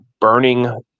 burning